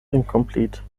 incomplete